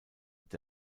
the